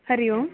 हरिः ओं